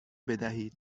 بدهید